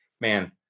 man